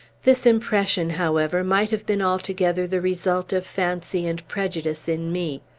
this impression, however, might have been altogether the result of fancy and prejudice in me.